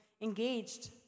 engaged